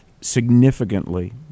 significantly